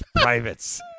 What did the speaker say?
privates